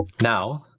Now